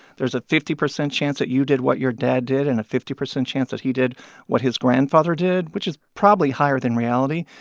there's a fifty percent chance that you did what your dad did and a fifty percent chance that he did what his grandfather did, which is probably higher than reality,